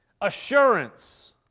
Assurance